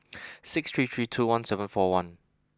six three three two one seven four one